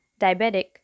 diabetic